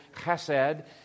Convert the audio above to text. chesed